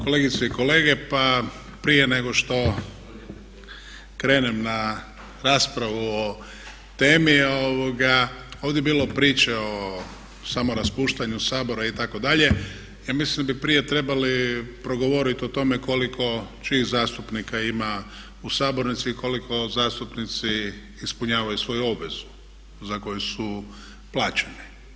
Kolegice i kolege, pa prije nego što krenem na raspravu o temi ovdje je bilo priče o samo raspuštanju Sabora itd. ja mislim da bi prije trebali progovoriti o tome koliko čijih zastupnika ima u sabornici i koliko zastupnici ispunjavaju svoju obvezu za koju su plaćeni.